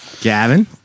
Gavin